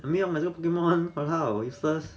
I mean 要买这个 pokemon !walao! is just